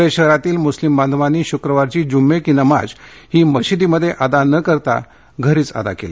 धुळे शहरातील मुस्लिम बांधवांनी शक्रवारची जुम्मे कि नमाज ही मशिदींमध्ये न अदा करता घरीच अदा केली